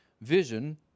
vision